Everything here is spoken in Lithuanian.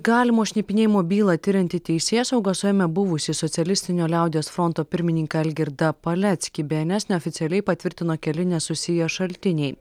galimo šnipinėjimo bylą tirianti teisėsauga suėmė buvusį socialistinio liaudies fronto pirmininką algirdą paleckį bns neoficialiai patvirtino keli nesusiję šaltiniai